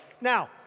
Now